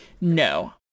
No